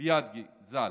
ביאדגה ז"ל.